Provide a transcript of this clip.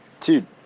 Dude